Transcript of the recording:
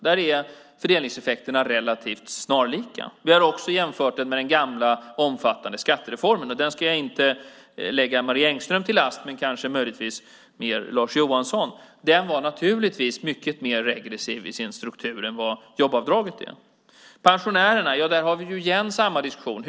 Där är fördelningseffekterna relativt snarlika. Vi har också jämfört med den gamla omfattande skattereformen. Den ska jag inte lägga Marie Engström till last men kanske möjligtvis Lars Johansson. Den var naturligtvis mycket mer regressiv i sin struktur än vad jobbskatteavdraget är. När det gäller pensionärerna har vi samma diskussion igen.